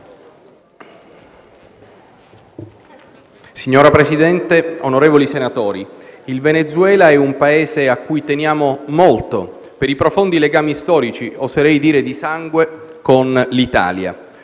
Signora Presidente, onorevoli senatori, il Venezuela è un Paese a cui teniamo molto, per i profondi legami storici - oserei dire di sangue - con l'Italia.